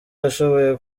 yashoboye